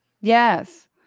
Yes